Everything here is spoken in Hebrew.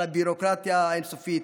על הביורוקרטיה האין-סופית,